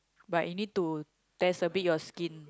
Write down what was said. but you need to test a bit your skin